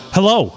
Hello